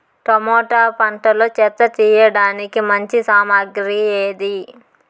Tomato పంటలో చెత్త తీయడానికి మంచి సామగ్రి ఏది?